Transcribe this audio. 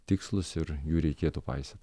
tikslūs ir jų reikėtų paisyt